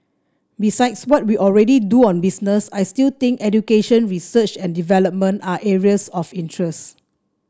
besides what we already do on business I still think education research and development are areas of interest